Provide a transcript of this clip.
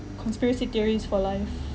conspiracy theories for life